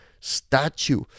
statue